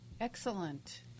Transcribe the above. Excellent